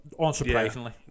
unsurprisingly